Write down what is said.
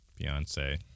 Beyonce